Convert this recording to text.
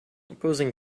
opposing